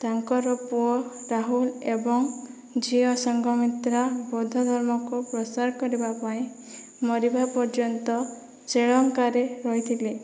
ତାଙ୍କର ପୁଅ ରାହୁଲ ଏବଂ ଝିଅ ସଂଘମିତ୍ରା ବୌଦ୍ଧ ଧର୍ମକୁ ପ୍ରସାର କରିବା ପାଇଁ ମରିବା ପର୍ଯ୍ୟନ୍ତ ଶ୍ରୀଲଙ୍କାରେ ରହିଥିଲେ